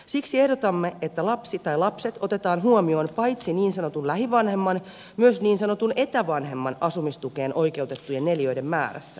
siksi ehdotamme että lapsi tai lapset otetaan huomioon paitsi niin sanotun lähivanhemman myös niin sanotun etävanhemman asumistukeen oikeutettujen neliöiden määrässä